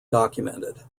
documented